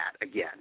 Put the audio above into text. again